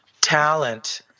talent